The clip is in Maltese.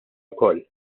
wkoll